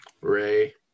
Ray